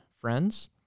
friends